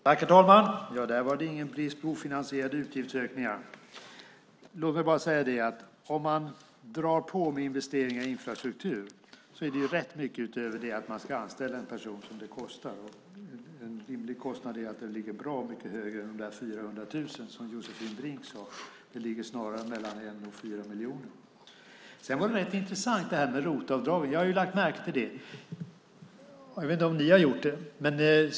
Fru talman! Där var det ingen brist på ofinansierade utgiftsökningar. Om man drar på med investeringar i infrastruktur är det rätt mycket utöver att man ska anställa en person som det kostar. En rimlig kostnad är att det ligger bra mycket högre än de 400 000 som Josefin Brink sade. Det ligger snarare mellan 1 och 4 miljoner. Det var rätt intressant med ROT-avdraget. Jag har lagt märke till det - jag vet inte om ni har gjort det.